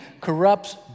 corrupts